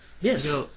Yes